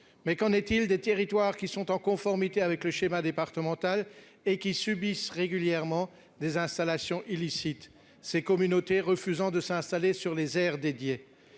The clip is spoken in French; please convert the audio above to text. mais qu'en est-il des territoires qui sont en conformité avec le schéma départemental et qui subissent régulièrement des installations illicites ces communautés, refusant de s'installer sur les aires dédiées,